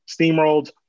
steamrolled